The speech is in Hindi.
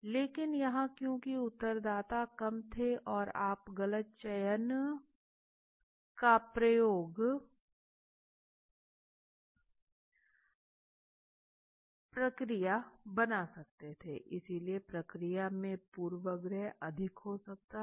लेकिन यहां क्योंकि उत्तरदाता कम थे और आप गलत चयन प्रक्रिया बना सकते थे इसलिए प्रतिक्रिया में पूर्वाग्रह अधिक हो सकता है